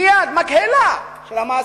מייד מקהלה של המעסיקים,